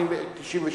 1988,